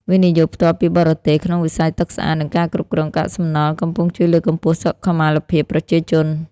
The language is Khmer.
វិនិយោគផ្ទាល់ពីបរទេស ក្នុងវិស័យទឹកស្អាត និងការគ្រប់គ្រងកាកសំណល់ កំពុងជួយលើកកម្ពស់សុខុមាលភាពប្រជាជន។